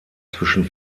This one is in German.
zwischen